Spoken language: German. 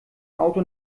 auto